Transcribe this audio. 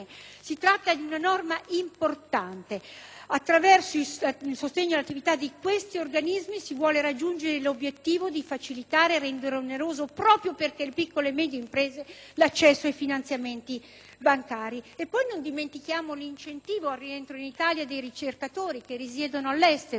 attraverso il sostegno all'attività di questi organismi si vuole raggiungere l'obiettivo di facilitare e rendere meno oneroso, proprio per le piccole e medie imprese, l'accesso ai finanziamenti bancari. Non dimentichiamo, poi, l'incentivo per il rientro in Italia dei ricercatori che risiedono all'estero: viene previsto che i loro redditi siano fiscalmente imponibili solo